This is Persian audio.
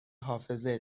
حافظه